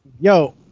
Yo